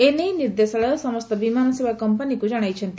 ଏନେଇ ନିର୍ଦ୍ଦେଶାଳୟ ସମସ୍ତ ବିମାନ ସେବା କ୍ମାନୀକୁ ଜଣାଇଛନ୍ତି